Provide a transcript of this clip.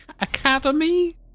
academy